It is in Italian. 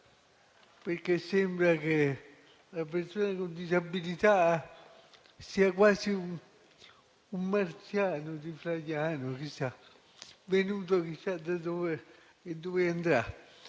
perché sembra che la persona con disabilità sia quasi un marziano di Flaiano, venuto chissà da dove e chissà dove andrà.